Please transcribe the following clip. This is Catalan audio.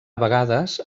vegades